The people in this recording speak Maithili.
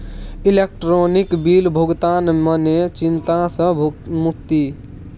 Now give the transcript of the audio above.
इलेक्ट्रॉनिक बिल भुगतान मने चिंता सँ मुक्ति